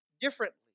differently